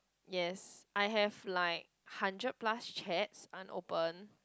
yes I have like hundred plus chats unopened